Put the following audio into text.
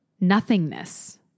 nothingness